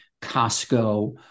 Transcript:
Costco